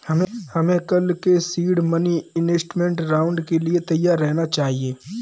हमें कल के सीड मनी इन्वेस्टमेंट राउंड के लिए तैयार रहना चाहिए